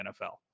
NFL